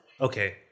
Okay